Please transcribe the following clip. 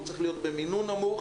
הוא צריך להיות במינון נמוך.